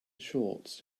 shorts